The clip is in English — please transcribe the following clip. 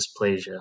dysplasia